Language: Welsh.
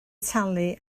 talu